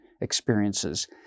experiences